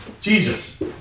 Jesus